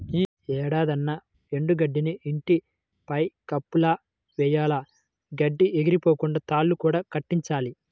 యీ ఏడాదన్నా ఎండు గడ్డిని ఇంటి పైన కప్పులా వెయ్యాల, గడ్డి ఎగిరిపోకుండా తాళ్ళు కూడా కట్టించాలి